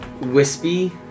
wispy